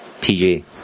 PJ